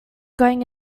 going